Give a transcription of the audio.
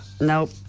Nope